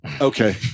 Okay